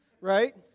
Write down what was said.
right